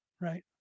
right